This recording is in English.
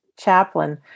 chaplain